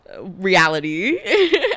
reality